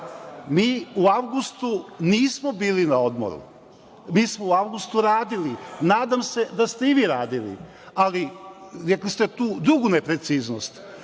mi u avgustu nismo bili na odmoru, mi smo u avgustu radili. Nadam se da ste i vi radili, ali, rekli ste tu drugu nepreciznost.